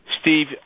Steve